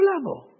level